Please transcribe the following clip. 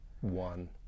one